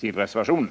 till reservationen.